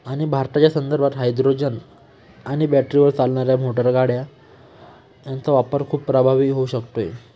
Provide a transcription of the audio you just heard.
आणि भारताच्या संदर्भात हायड्रोजन आणि बॅटरीवर चालणाऱ्या मोटरगाड्या यांचा वापर खूप प्रभावी होऊ शकतोय